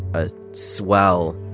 a swell.